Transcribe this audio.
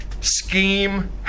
scheme